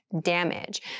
damage